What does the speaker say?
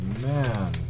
Man